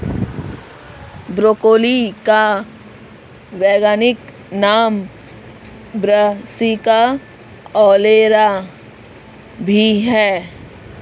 broccoli का वैज्ञानिक नाम ब्रासिका ओलेरा भी है